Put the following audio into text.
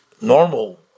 normal